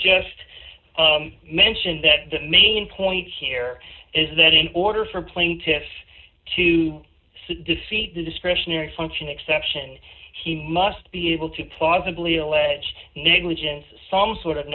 just mention that the main point here is that in order for plaintiffs to sue deceit the discretionary function exception he must be able to plausibly alleged negligence is some sort of